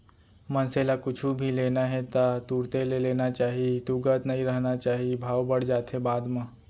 मनसे ल कुछु भी लेना हे ता तुरते ले लेना चाही तुगत नइ रहिना चाही भाव बड़ जाथे बाद म